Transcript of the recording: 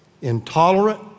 intolerant